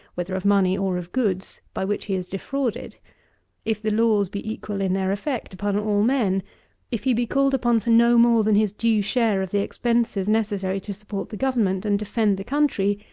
whether of money or of goods, by which he is defrauded if the laws be equal in their effect upon all men if he be called upon for no more than his due share of the expenses necessary to support the government and defend the country,